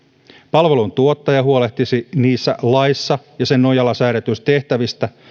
palveluntuottaja huolehtisi niistä laissa ja sen nojalla säädetyistä tehtävistä